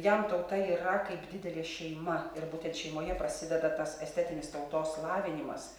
jam tauta yra kaip didelė šeima ir būtent šeimoje prasideda tas estetinis tautos lavinimas